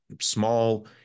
small